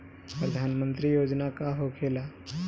प्रधानमंत्री योजना का होखेला?